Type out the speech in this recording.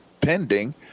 pending